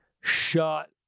Shut